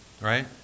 Right